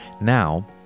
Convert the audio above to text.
Now